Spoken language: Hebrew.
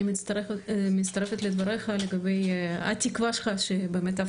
אני מצטרפת לדבריך לגבי התקווה שלך שבאמת אף